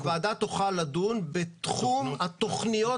-- הוועדה תוכל לדון בתחום התכניות